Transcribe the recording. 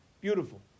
Beautiful